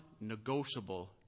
negotiable